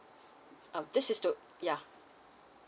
uh this is to ya